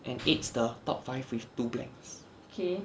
and it's the top five with two blanks